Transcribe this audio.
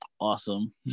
Awesome